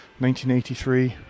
1983